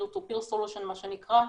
--- מה שנקרא,